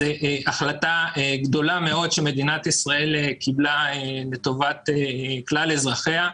החלטה גדולה מאוד שמדינת ישראל קיבלה לטובת כלל אזרחיה,